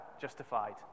justified